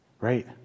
Right